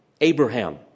Abraham